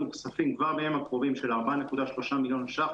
כספים כבר בימים הקרובים של 4,300,000 ₪,